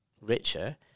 richer